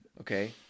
okay